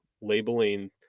labeling